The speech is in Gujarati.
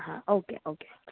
હા ઓકે ઓકે